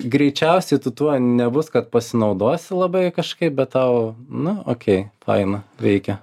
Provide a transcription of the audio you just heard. greičiausiai tu tuo nebus kad pasinaudosi labai kažkaip bet tau na okei faina veikia